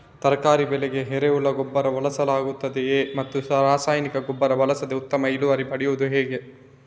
ತರಕಾರಿ ಬೆಳೆಗೆ ಎರೆಹುಳ ಗೊಬ್ಬರ ಬಳಸಲಾಗುತ್ತದೆಯೇ ಮತ್ತು ರಾಸಾಯನಿಕ ಗೊಬ್ಬರ ಬಳಸದೆ ಉತ್ತಮ ಇಳುವರಿ ಪಡೆಯುವುದು ಹೇಗೆ?